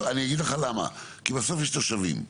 כי בסוף יש תושבים.